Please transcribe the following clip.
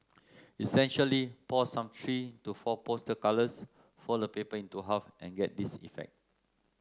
essentially pour some three to four poster colours fold the paper into half and get this effect